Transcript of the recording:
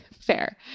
Fair